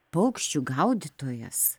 paukščių gaudytojas